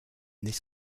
this